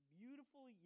beautiful